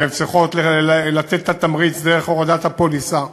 הן צריכות לתת את התמריץ דרך הורדת הפוליסה.